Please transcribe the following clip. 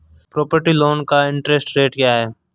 Property loan का interest rate क्या है?